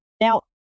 Now